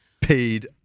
paid